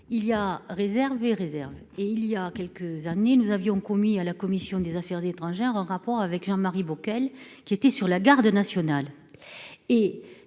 il y a réservé réserve et il y a quelques années nous avions commis à la commission des Affaires étrangères en rapport avec Jean-Marie Bockel, qui était sur la Garde nationale.